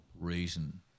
reason